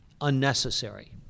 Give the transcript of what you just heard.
unnecessary